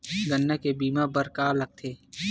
गन्ना के बीमा बर का का लगथे?